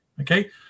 Okay